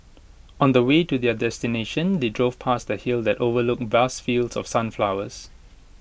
on the way to their destination they drove past A hill that overlooked vast fields of sunflowers